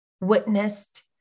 witnessed